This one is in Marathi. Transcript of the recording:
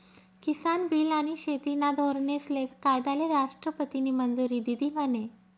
किसान बील आनी शेतीना धोरनेस्ले कायदाले राष्ट्रपतीनी मंजुरी दिधी म्हने?